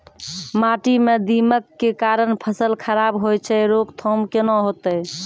माटी म दीमक के कारण फसल खराब होय छै, रोकथाम केना होतै?